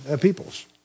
peoples